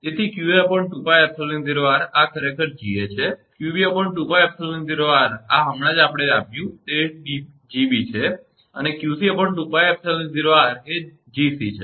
તેથી 𝑞𝑎 2𝜋𝜖𝑜𝑟 આ ખરેખર 𝐺𝑎 છે 𝑞𝑏 2𝜋𝜖𝑜𝑟 આ હમણાં જ આપણે આપ્યું છે આ 𝐺𝑏 છે અને 𝑞𝑐2𝜋𝜖𝑜𝑟 આ 𝐺𝑐 છે